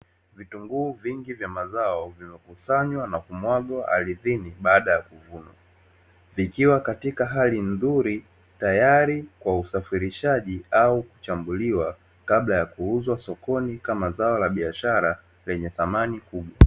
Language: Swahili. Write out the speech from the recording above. Vitunguu vingi vya mazao vimekusanywa na kumwagwa ardhini baada ya kuvunwa. Vikiwa katika hali nzuri, tayari kwa usafirishaji au kuchambuliwa kabla ya kuuzwa sokoni kama zao la biashara lenye thamani kubwa.